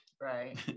Right